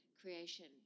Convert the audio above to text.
creation